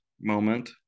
moment